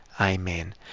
Amen